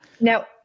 Now